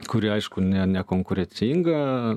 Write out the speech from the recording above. kuri aišku ne nekonkurencinga